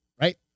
Right